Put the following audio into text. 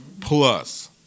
plus